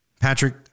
Patrick